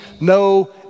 no